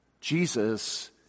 Jesus